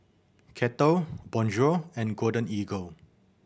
Kettle Bonjour and Golden Eagle